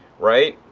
right.